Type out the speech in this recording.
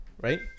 right